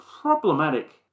problematic